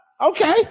Okay